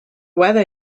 weather